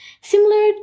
similar